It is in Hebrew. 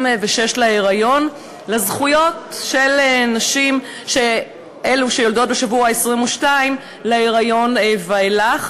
להיריון לזכויות של נשים שיולדות בשבוע ה-26 להיריון ואילך.